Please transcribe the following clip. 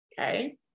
Okay